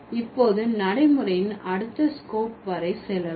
இப்போது நடைமுறையின் அடுத்த ஸ்கோப் வரை செல்லலாம்